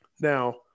Now